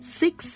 six